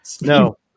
No